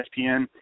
ESPN